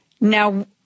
Now